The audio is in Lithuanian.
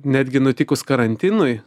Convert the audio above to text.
netgi nutikus karantinui